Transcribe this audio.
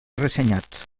ressenyats